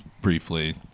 briefly